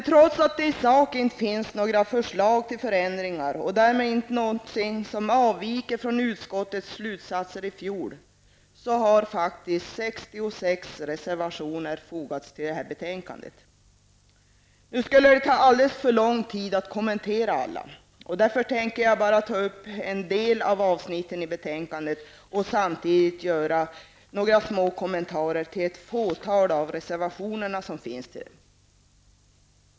Trots att det i sak inte finns några förslag till förändringar och därmed inte något som avviker från utskottets slutsatser i fjol, har 66 reservationer fogats till detta betänkande. Det skulle ta alldeles för lång tid att kommentera alla. Därför tänker jag bara ta upp en del av avsnitten i betänkandet och samtidigt göra några små kommentarer till ett fåtal av reservationerna.